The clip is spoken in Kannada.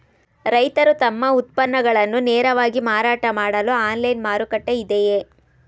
ರೈತರು ತಮ್ಮ ಉತ್ಪನ್ನಗಳನ್ನು ನೇರವಾಗಿ ಮಾರಾಟ ಮಾಡಲು ಆನ್ಲೈನ್ ಮಾರುಕಟ್ಟೆ ಇದೆಯೇ?